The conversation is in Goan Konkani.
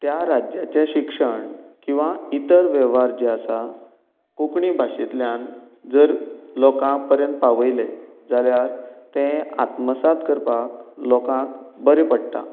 त्या राज्याचें शिक्षण किंवां इतर वेव्हार जे आसा कोंकणी भाशेंतल्यान जर लोका पर्यंत पावयले जाल्यार तें आत्मसात करपाक लोकांक बरें पडटा